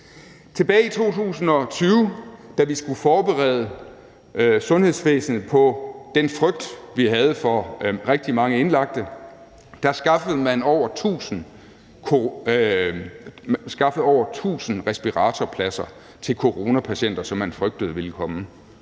Tilbage i 2020, da vi skulle forberede sundhedsvæsenet på den frygt, vi havde for rigtig mange indlagte, skaffede man over 1.000 respiratorpladser til coronapatienter, som man frygtede ville komme.